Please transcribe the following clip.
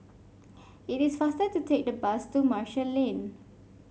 it is faster to take the bus to Marshall Lane